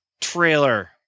trailer